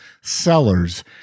sellers